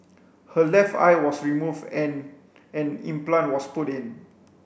her left eye was removed and an implant was put in